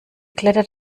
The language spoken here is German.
klettert